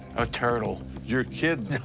a turtle. you're kidding.